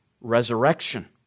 resurrection